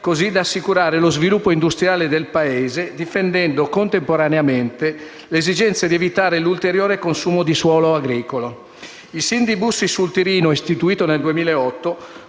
così da assicurare lo sviluppo industriale del Paese, difendendo contemporaneamente l'esigenza di evitare l'ulteriore consumo di suolo agricolo. Il SIN di Bussi sul Tirino, istituito nel 2008,